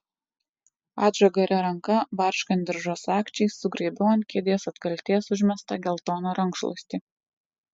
atžagaria ranka barškant diržo sagčiai sugraibiau ant kėdės atkaltės užmestą geltoną rankšluostį